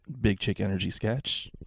BigChickEnergySketch